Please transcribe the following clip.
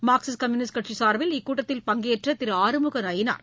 Marxist communist சார்பில் இக்கூட்டத்தில் பங்கேற்றதிருஆறுமுகநயினார்